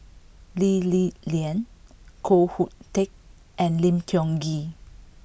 Lee Li Lian Koh Hoon Teck and Lim Tiong Ghee